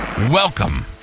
welcome